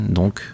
donc